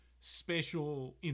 special